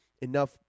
enough